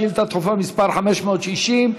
שאילתה דחופה מס' 560,